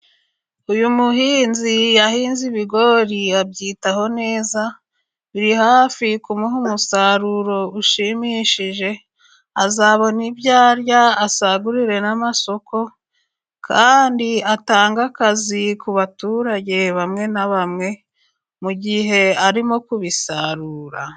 Uyu muhinzi yahinze ibigori abyitaho neza, biri hafi kumuha umusaruro ushimishije, azabona ibyo arya asagurire n'amasoko, kandi atange akazi ku baturage bamwe na bamwe, mu gihe arimo kubisarura.